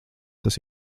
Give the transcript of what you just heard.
tas